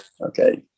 okay